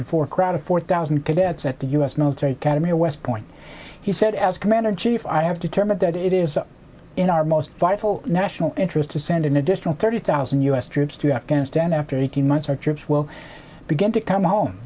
before crowd of four thousand cadets at the u s military academy at west point he said as commander in chief i have determined that it is in our most vital national interest to send an additional thirty thousand u s troops to afghanistan after eighteen months our troops will begin to come home